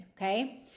okay